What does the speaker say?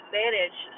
manage